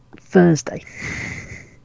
Thursday